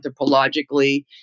anthropologically